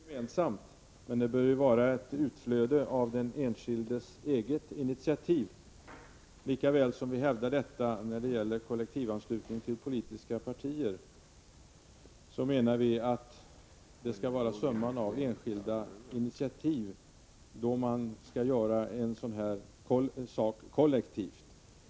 Herr talman! Man kan åstadkomma mycket positivt gemensamt, men det bör ju vara ett utflöde av den enskildes eget initiativ. Lika väl som vi hävdar detta när det gäller kollektivanslutningen till politiska partier, så menar vi att det skall vara summan av enskilda initiativ, då en sådan här sak görs kollektivt.